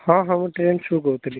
ହଁ ହଁ ମୁଁ ଟ୍ରେଣ୍ଡ୍ସରୁ କହୁଥିଲି